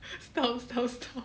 stop stop stop